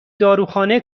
داروخانه